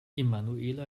emanuela